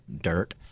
dirt